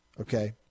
okay